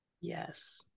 yes